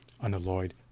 unalloyed